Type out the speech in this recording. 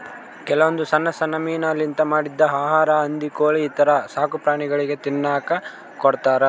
ಕೆಲವೊಂದ್ ಸಣ್ಣ್ ಸಣ್ಣ್ ಮೀನಾಲಿಂತ್ ಮಾಡಿದ್ದ್ ಆಹಾರಾ ಹಂದಿ ಕೋಳಿ ಈಥರ ಸಾಕುಪ್ರಾಣಿಗಳಿಗ್ ತಿನ್ನಕ್ಕ್ ಕೊಡ್ತಾರಾ